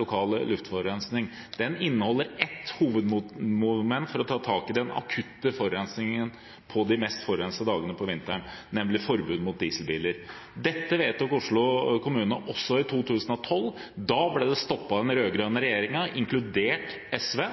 lokal luftforurensning. Den inneholder ett hovedmoment for å ta tak i den akutte forurensningen på de mest forurensede dagene om vinteren, nemlig forbud mot dieselbiler. Det vedtok Oslo kommune også i 2012. Da ble det stoppet av den rød-grønne regjeringen, inkludert SV.